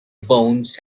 bones